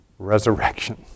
resurrection